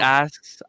asks